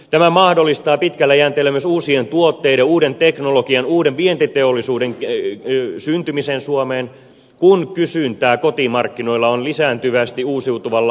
tämä mahdollistaa pitkällä jänteellä myös uusien tuotteiden uuden teknologian uuden vientiteollisuuden syntymisen suomeen kun kysyntää kotimarkkinoilla on lisääntyvästi uusiutuvalla energialla